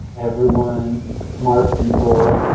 everyone, smart people,